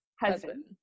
Husband